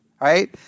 Right